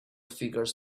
figures